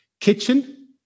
kitchen